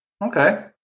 Okay